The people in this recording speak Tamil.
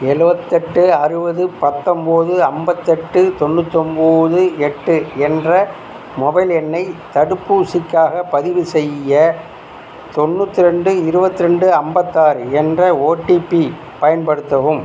எழுபத்தெட்டு அறுபது பத்தொம்பது ஐம்பத்தெட்டு தொண்ணூத்தொம்பது எட்டு என்ற மொபைல் எண்ணை தடுப்பூசிக்காகப் பதிவுசெய்ய தொண்ணூற்றிரெண்டு இருபத்திரெண்டு ஐம்பத்தாறு என்ற ஓடிபி பயன்படுத்தவும்